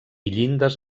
llindes